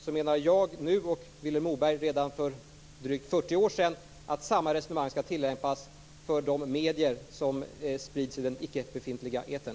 Jag menar nu, och Vilhelm Moberg för redan drygt 40 år sedan, att samma resonemang skall tillämpas för de medier som sprids i den ickebefintliga etern.